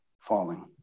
falling